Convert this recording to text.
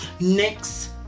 next